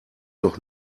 doch